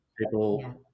People